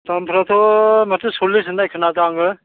दामफ्राथ' माथो सल्लिस होननाय खोनादों आङो